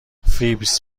فیبز